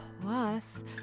Plus